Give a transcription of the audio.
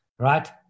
right